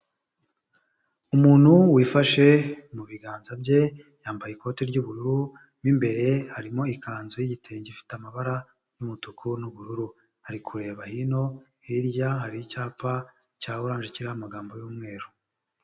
Umuntu wifashe mu biganza bye yambaye ikote ry'ubururu mo imbere harimo ikanzu y'igitenge gifite amabara y'umutuku n'ubururu, ari kureba hino, hirya hari icyapa cya oranje kiriho amagambo y'umweru.